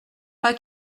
pas